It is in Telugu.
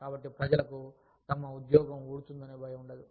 కాబట్టి ప్రజలకు తమ ఉద్యోగం ఊడతుందనే భయం ఉండదు